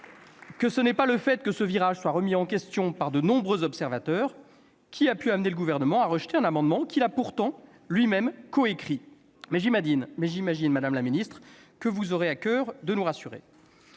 que ce n'est pas le fait que ce virage soit remis en question par de nombreux observateurs qui a pu amener le Gouvernement à rejeter un amendement qu'il a pourtant lui-même coécrit ! Mais j'imagine, madame la ministre, que vous aurez à coeur de nous rassurer.